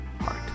Heart